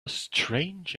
strange